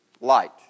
light